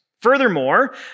Furthermore